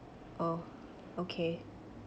oh okay